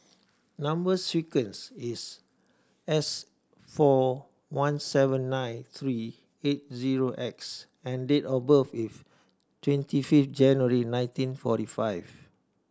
number sequence is S four one seven nine three eight zero X and date of birth is twenty fifth January nineteen forty five